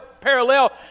parallel